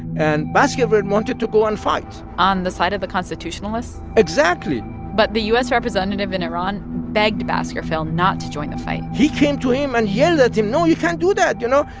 and baskerville wanted to go and fight on the side of the constitutionalists exactly but the u s. representative in iran begged baskerville not to join the fight he came to him and yelled at him, no, you can't do that, you know?